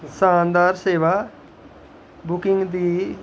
शानदार सेवा बुकिंग दी